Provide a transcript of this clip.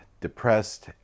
depressed